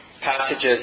passages